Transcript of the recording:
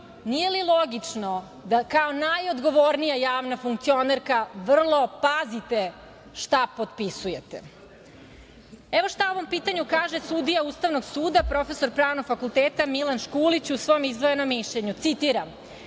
nije li logično da kao najodgovornija javna funkcionerka, vrlo pazite šta potpisujete? Evo, šta o ovom pitanju kaže sudija Ustavnog suda prof. Pravnog fakulteta Milan Škulić u svom izdvojenom mišljenju, citiram